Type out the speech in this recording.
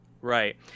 Right